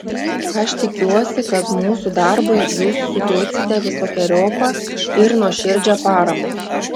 aš tikiuosi kad mūsų darbui jūs suteiksite visokeriopą ir nuoširdžią paramą